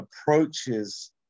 approaches